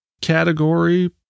category